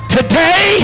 Today